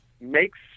makes